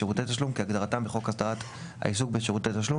"שירותי תשלום" - כהגדרתם בחוק הסדרת העיסוק בשירותי תשלום,